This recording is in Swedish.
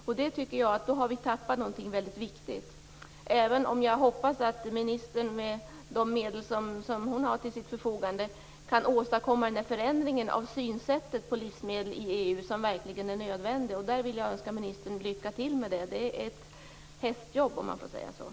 Jag tycker att vi då har förlorat något väldigt viktigt. Jag hoppas ändå att ministern med de medel som hon har till sitt förfogande kan åstadkomma den förändring i sättet att se på livsmedel i EU som verkligen är nödvändig, och jag vill önska ministern lycka till med detta - låt mig säga så - hästjobb.